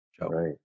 Right